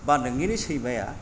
बा नोंनिनो सैमाया